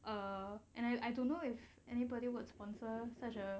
err and I I don't know if anybody would sponsor such a